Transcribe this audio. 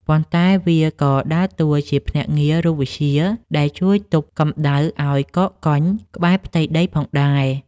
ប៉ុន្តែវាក៏ដើរតួជាភ្នាក់ងាររូបវិទ្យាដែលជួយទប់កម្ដៅឱ្យនៅកកកុញក្បែរផ្ទៃដីផងដែរ។